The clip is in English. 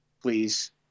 please